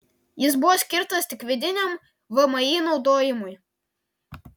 jis buvo skirtas tik vidiniam vmi naudojimui